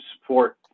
support